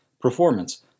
Performance